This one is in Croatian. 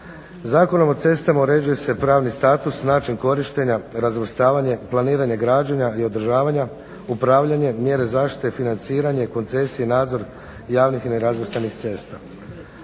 Zakonom o cestama uređuje se pravni status, način korištenja, razvrstavanje, planiranje građenja i održavanja, upravljanje, mjere zaštite i financiranje, koncesije, nadzor javnih i nerazvrstanih cesta.